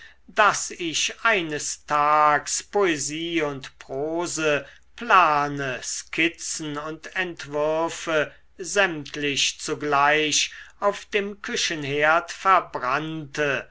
daß ich eines tags poesie und prose plane skizzen und entwürfe sämtlich zugleich auf dem küchenherd verbrannte